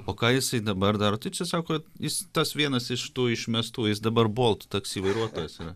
o ką jisai dabar daro tai čia sako jis tas vienas iš tų išmestų jis dabar bolt taksi vairuotojas yra